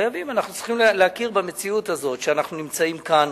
אנחנו צריכים להכיר במציאות הזאת שאנחנו נמצאים כאן